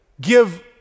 give